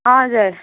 हजुर